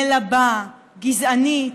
מלבה, גזענית,